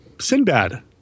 Sinbad